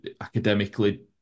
academically